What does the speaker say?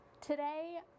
today